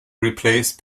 replace